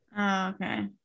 okay